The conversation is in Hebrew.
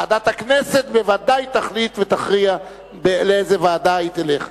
ועדת הכנסת בוודאי תחליט ותכריע לאיזו ועדה ההצעה תלך.